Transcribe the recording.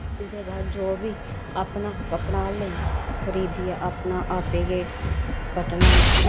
ओह्दै बाद जो बी अपना कपड़ा लेइयै खऱीदियै अपना आपैं गै कट्टना